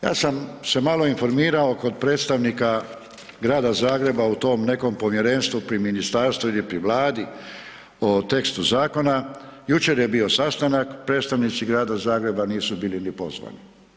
Ja sam se malo informirao kod predstavnika grada Zagreba u tom nekom povjerenstvu pri ministarstvu ili pri Vladi o tekstu zakona, jučer je bio sastanak, predst5avnici grada Zagreba nisu bili ni pozvani.